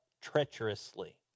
treacherously